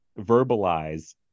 verbalize